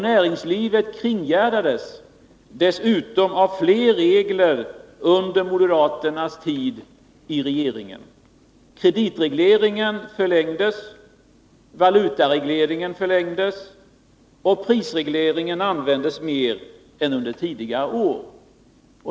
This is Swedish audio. Näringslivet kringgärdades dessutom av fler 149 regler under moderaternas tid i regeringen. Kreditregleringen förlängdes, valutaregleringen förlängdes och prisregleringen användes mer än under tidigare år.